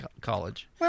college